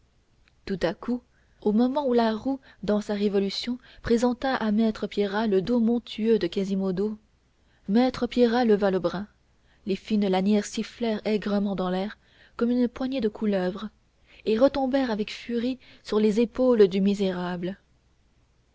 tout à coup au moment où la roue dans sa révolution présenta à maître pierrat le dos montueux de quasimodo maître pierrat leva le bras les fines lanières sifflèrent aigrement dans l'air comme une poignée de couleuvres et retombèrent avec furie sur les épaules du misérable